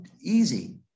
easy